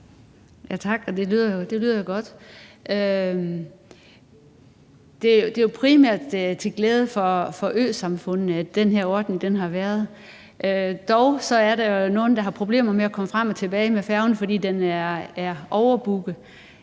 Ja, det ved jeg godt. Det er jo primært til glæde for øsamfundene, at den her ordning har været der. Dog er der nogle, der har problemer med at komme frem og tilbage med færgen, fordi den er overbooket.